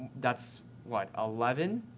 that's what, eleven.